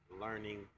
learning